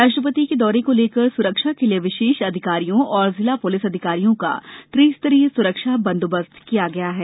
राष्ट्रपति के दौरे को लेकर सुरक्षा के लिए विशेष अधिकारियों और जिला पुलिस अधिकारियों का त्रि स्तरीय सुरक्षा बंदोबस्त किया गया है